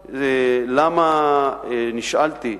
נשאלתי,